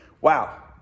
Wow